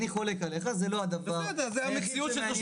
אני חולק עליך, זה לא הדבר היחיד שמעניין אותי.